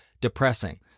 depressing